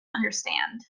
understand